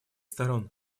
сторон